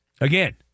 Again